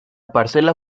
parcela